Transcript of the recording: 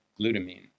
glutamine